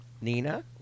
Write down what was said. Nina